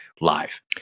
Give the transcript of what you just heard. live